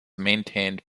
maintained